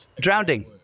Drowning